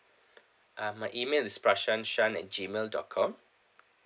uh my email is prashan shan at gmail dot com